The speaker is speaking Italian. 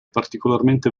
particolarmente